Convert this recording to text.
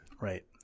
Right